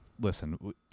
listen